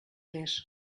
més